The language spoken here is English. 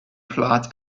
plot